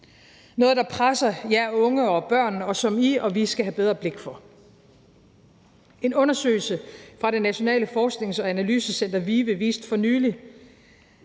noget, der presser jer børn og unge, og som I og vi skal have bedre blik for. En undersøgelse fra Det Nationale Forsknings- og Analysecenter for Velfærd, VIVE, viste for nylig